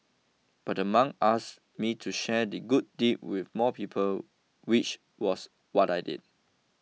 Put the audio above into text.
but the monk asked me to share the good deed with more people which was what I did